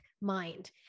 mind